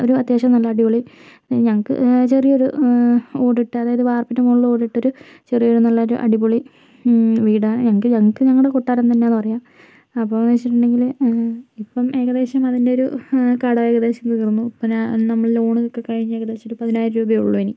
അതും അത്യാവശ്യം നല്ല അടിപൊളി ഞങ്ങൾക്ക് ചെറിയ ഒരു ഓടിട്ട അതായത് വാർപ്പിൻ്റെ മുകളിൽ ഓടിട്ട ഒരു ചെറിയ ഒരു നല്ല ഒരു അടിപൊളി വീടാണ് ഞങ്ങക്ക് ഞങ്ങളുടെ കൊട്ടാരം തന്നെയാന്ന് പറയാം അപ്പോന്ന് വെച്ചിട്ടുണ്ടെങ്കില് ഇപ്പം ഏകദേശം അതിൻ്റെ ഒരു കടം ഏകദേശം തീർന്നു അപ്പം ഞാൻ നമ്മള് ലോൺ ഒക്കെ കഴിഞ്ഞ് ഏകദേശം ഒരു പതിനായിരം രൂപയേ ഉള്ളൂ ഇനി